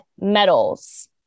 medals